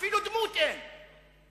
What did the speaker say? אפילו דמות אין.